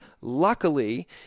luckily